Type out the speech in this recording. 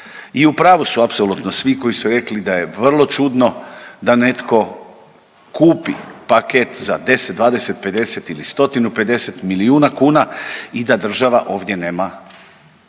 I u pravu su apsolutno svi koji su rekli da je vrlo čudno da netko kupi paket za 10, 20, 50 ili stotinu pedeset milijuna kuna i da država ovdje nema